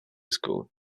school